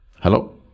Hello